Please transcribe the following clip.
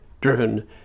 driven